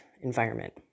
environment